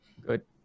Good